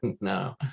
No